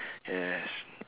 yes